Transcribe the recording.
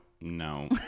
no